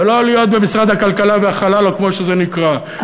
ולא יהיה במשרד הכלכלה והחלל או כמו שזה נקרא.